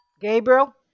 Gabriel